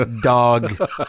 Dog